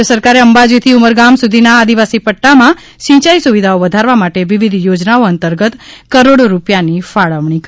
રાજ્ય સરકારે અંબાજી થી ઉમરગામ સુધીના આદિવાસી પદ્દામાં સિંચાઈ સુવિધાઓ વધારવા માટે વિવિધ યોજનાઓ અંતર્ગત કરોડો રૂપિયાની ફાળવણી કરી રહી છે